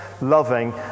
loving